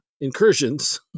incursions